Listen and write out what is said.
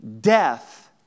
death